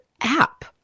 app